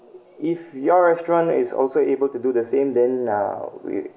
if your restaurant is also able to do the same then uh we